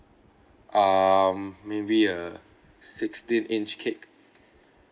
um maybe a sixteen inch cake